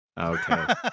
Okay